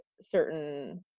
certain